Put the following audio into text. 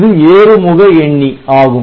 இது ஏறுமுக எண்ணி ஆகும்